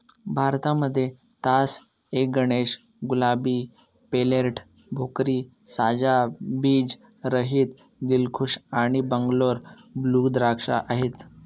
भारतामध्ये तास ए गणेश, गुलाबी, पेर्लेट, भोकरी, साजा, बीज रहित, दिलखुश आणि बंगलोर ब्लू द्राक्ष आहेत